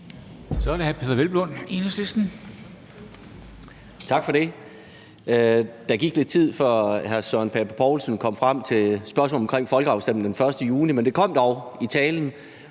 Kl. 15:41 Peder Hvelplund (EL) : Tak for det. Der gik lidt tid, før hr. Søren Pape Poulsen kom frem til spørgsmålet omkring folkeafstemningen den 1. juni, men det kom dog i talen.